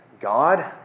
God